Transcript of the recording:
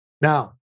Now